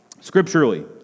Scripturally